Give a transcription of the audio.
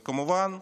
וכמובן,